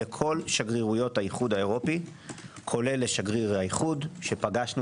לכל שגרירויות האיחוד האירופי כולל לשגריר האיחוד שפגשנו